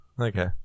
Okay